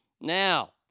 Now